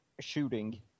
shooting